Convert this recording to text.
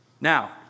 Now